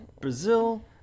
brazil